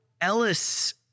Ellis